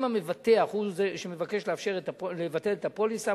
אם המבטח הוא שמבקש לבטל את הפוליסה,